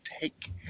take